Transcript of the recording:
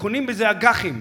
כשקונים בזה אג"חים,